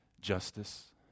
justice